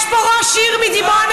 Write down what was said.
יש פה ראש עיר מדימונה,